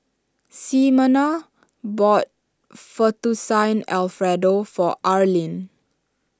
Ximena bought Fettuccine Alfredo for Arlyne